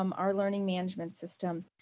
um our learning management system.